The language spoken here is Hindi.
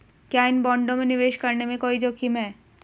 क्या इन बॉन्डों में निवेश करने में कोई जोखिम है?